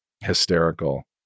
hysterical